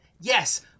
yes